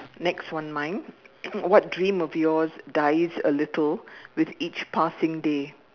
next one mine what dreams of yours dies a little with each passing day